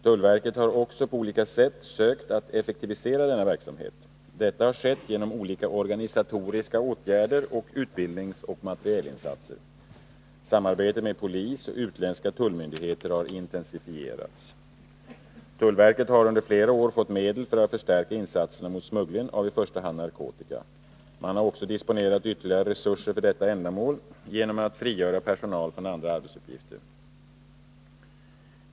Tullverket har också på olika sätt sökt att effektivisera denna verksamhet. Detta har skett genom olika organisatoriska åtgärder och utbildningsoch materielinsatser. Samarbetet med polis och utländska tullmyndigheter har intensifierats. Tullverket har under flera år fått medel för att förstärka insatserna mot smugglingen av i första hand narkotika. Man har också disponerat ytterligare resurser för detta ändamål genom att frigöra personal från andra arbetsuppgifter.